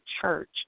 church